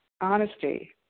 honesty